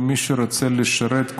למי שרוצה לשרת,